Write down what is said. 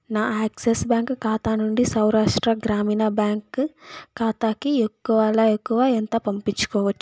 నా యాక్సస్ బ్యాంక్ ఖాతా నుండి సౌరాష్ట్ర గ్రామీణ బ్యాంక్ ఖాతాకి ఎక్కువలో ఎక్కువ ఎంత పంపించుకోవచ్చు